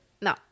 No